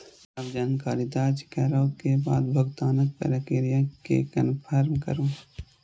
सब जानकारी दर्ज करै के बाद भुगतानक प्रक्रिया कें कंफर्म करू